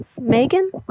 Megan